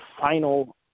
final